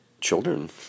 children